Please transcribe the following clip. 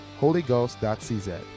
holyghost.cz